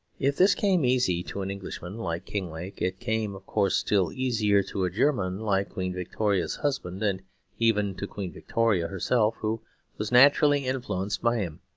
if this came easy to an englishman like kinglake, it came, of course, still easier to a german like queen victoria's husband and even to queen victoria herself, who was naturally influenced by him.